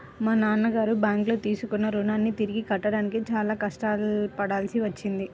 మా నాన్నగారు బ్యేంకులో తీసుకున్న రుణాన్ని తిరిగి కట్టడానికి చాలా కష్టపడాల్సి వచ్చింది